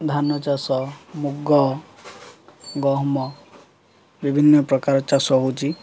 ଧାନ ଚାଷ ମୁଗ ଗହମ ବିଭିନ୍ନ ପ୍ରକାର ଚାଷ ହେଉଛି